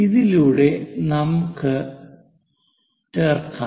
ഇതിലൂടെ നമുക്ക് ചേർക്കാം